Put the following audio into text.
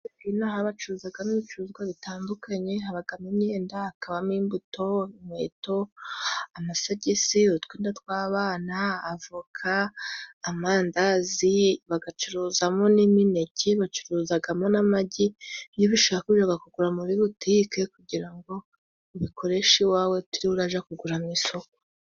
Inaha bacuruzagamo n'ibicuruzwa bitandukanye habagamo: imyenda, hakabamo imbuto ,inkweto amasogisi ,utwenda tw'abana, avoka, amandazi bagacuruzagamo n'imineke bacuruzagamo n'amagi iyo ubishaka ujaga kugura muri butike kugira ngo ubikoreshe iwawe utiriwe uraja kugura mu isoko.